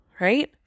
right